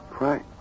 Right